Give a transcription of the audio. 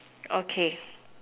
okay